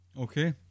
Okay